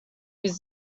use